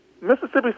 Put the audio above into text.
Mississippi